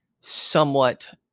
Somewhat